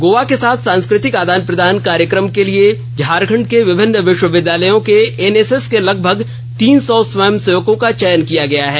गोवा के साथ सांस्कृतिक आदान आदान प्रदान कार्यक्रम के लिए झारखंड के विभिन्न विश्वविद्यालयों के एनएसएस के लगभग तीन सौ स्वयंसेवकों का चयन किया गया है